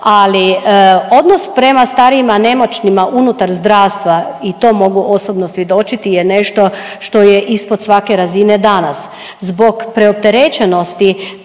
Ali odnos prema starijima i nemoćnima unutar zdravstva, i to mogu osobno mogu svjedočiti, je nešto što je ispod svake razine danas. Zbog preopterećenosti